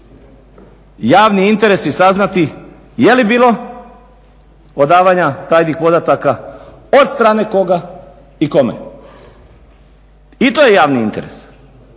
javni interes i saznati je li bilo odavanja tajnih podataka od strane koga i kome. I to je javni interes,